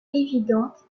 évidente